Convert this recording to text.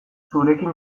zurekin